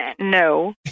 No